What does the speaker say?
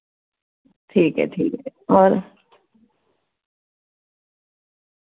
ठीक ऐ ठीक ऐ होर